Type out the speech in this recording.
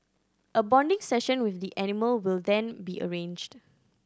a bonding session with the animal will then be arranged